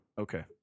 Okay